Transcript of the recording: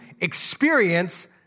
experience